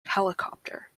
helicopter